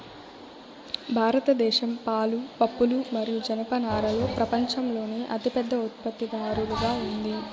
భారతదేశం పాలు, పప్పులు మరియు జనపనారలో ప్రపంచంలోనే అతిపెద్ద ఉత్పత్తిదారుగా ఉంది